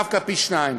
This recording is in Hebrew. דווקא פי-שניים.